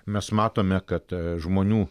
mes matome kad žmonių